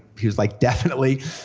he was like, definitely.